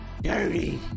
Dirty